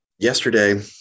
Yesterday